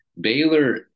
Baylor